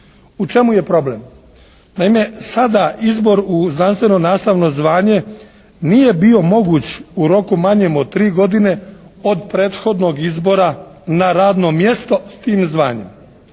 U čemu je problem? Naime, sada izbor u znanstveno nastavno zvanje nije bio moguć u roku manjem od tri godine od prethodnog izbora na radno mjesto s tim zvanjem.